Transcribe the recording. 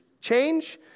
change